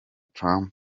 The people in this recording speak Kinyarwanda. trump